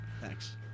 Thanks